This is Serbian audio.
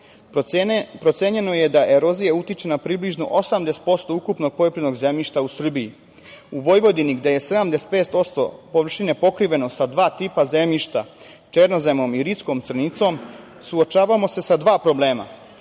Procenjeno je da erozija utiče na približno na 80% ukupnog poljoprivrednog zemljišta u Srbiji. U Vojvodini gde je 75% površine pokriveno sa dva tipa zemljišta, černozemom i riskom crnicom suočavamo se sa dva problema.